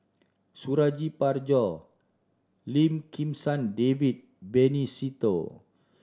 Suradi Parjo Lim Kim San David Benny Se Teo